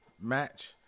match